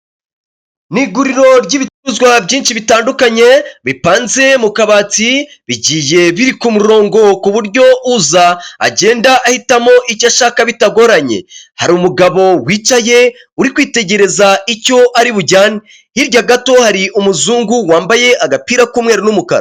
Ni iguriro ry'ibicuruzwa byinshi bitandukanye bipanze mu kabati, bigiye biri ku murongo ku buryo uza agenda ahitamo icyo ashaka bitagoranye, hari umugabo wicaye uri kwitegereza icyo ari bujyane, hirya gato hari umuzungu wambaye agapira k'umweru n'umukara.